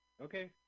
Okay